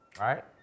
Right